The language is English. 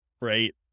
Right